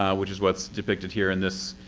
ah which is what's depicted here, in this.